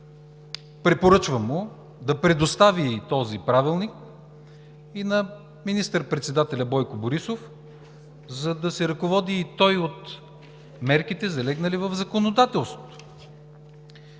Препоръчвам му да предостави този правилник на министър-председателя Бойко Борисов, за да се ръководи и той от мерките, залегнали в законодателството.